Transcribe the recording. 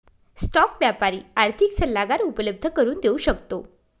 stock व्यापारी आर्थिक सल्लागार उपलब्ध करून देऊ शकतो